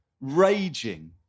raging